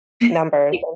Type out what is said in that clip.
numbers